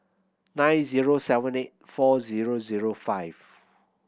nine zero seven eight four zero zero five